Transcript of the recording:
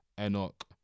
enoch